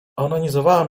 onanizowałam